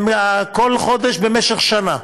כל חודש במשך שנה,